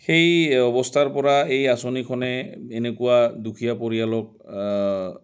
সেই অৱস্থাৰপৰা এই আঁচনিখনে এনেকুৱা দুখীয়া পৰিয়ালক